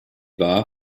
war